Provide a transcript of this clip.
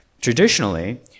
Traditionally